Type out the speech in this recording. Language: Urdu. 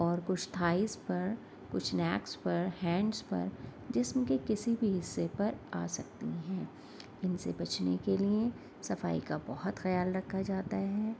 اور کچھ تھائیز پر کچھ نیکس پر ہینڈس پر جسم کے کسی بھی حصے پر آ سکتی ہیں ان سے بچنے کے لیے صفائی کا بہت خیال رکھا جاتا ہے